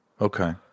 Okay